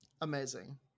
Amazing